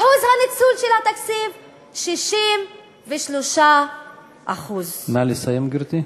אחוז הניצול של התקציב, 63%. נא לסיים, גברתי.